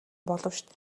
боловч